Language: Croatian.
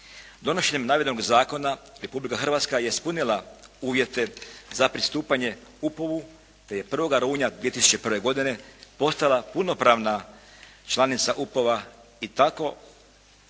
Donošenjem navedenog zakona Republika Hrvatska je ispunila uvjete za pristupanje UPOV-u te je 1. rujna 2001. godine postala punopravna članica UPOV-a i tako